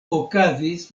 okazis